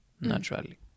naturally